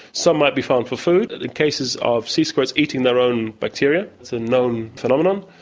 some might be farmed for food. in cases of sea squirts eating their own bacteria, that's a known phenomenon,